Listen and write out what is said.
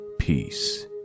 peace